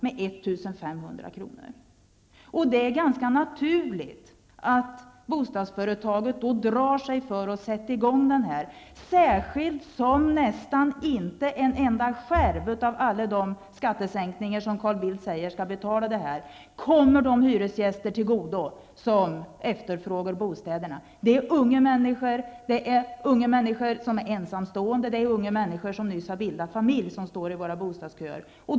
Då är det ganska naturligt att bostadsföretaget drar sig för att sätta i gång detta -- särskilt som nästan inte någon enda skärv av alla de skattesänkningar som Carl Bildt säger skall betala detta, kommer de hyresgäster till godo som efterfrågar bostäderna. Det är unga ensamstående människor och unga människor som nyss har bildat familj som står i våra bostadsköer.